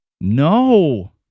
No